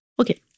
Okay